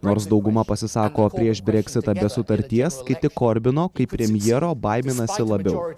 nors dauguma pasisako prieš brexit sutarties kiti korbino kaip premjero baiminasi labiau